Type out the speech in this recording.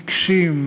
עיקשים,